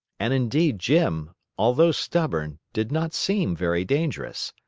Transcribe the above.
and indeed jim, although stubborn, did not seem very dangerous.